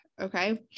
Okay